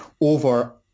over